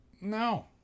no